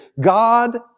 God